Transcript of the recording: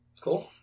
cool